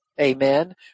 Amen